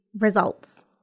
results